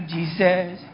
Jesus